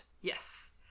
Yes